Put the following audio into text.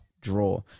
draw